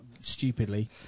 stupidly